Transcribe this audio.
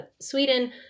Sweden